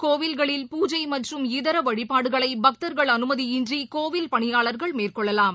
கோவில்களில் பூஜை மற்றும் இதரவழிபாடுகளைபக்தர்கள் அனுமதி இன்றிகோவில் பணியாளர்கள் மேற்கொள்ளவாம்